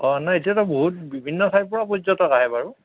অঁ নাই এতিয়াতো বহুত বিভিন্ন ঠাইৰ পৰা পৰ্যটক আহে বাৰু